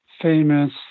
famous